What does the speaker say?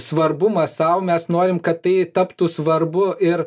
svarbumas sau mes norim kad tai taptų svarbu ir